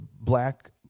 black